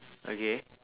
okay